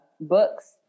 books